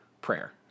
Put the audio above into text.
prayer